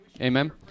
Amen